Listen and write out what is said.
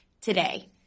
today